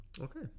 okay